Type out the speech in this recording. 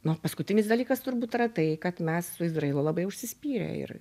nu o paskutinis dalykas turbūt yra tai kad mes su izrailu labai užsispyrę ir